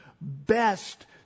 best